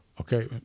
Okay